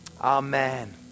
Amen